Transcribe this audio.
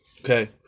Okay